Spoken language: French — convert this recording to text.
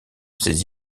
ses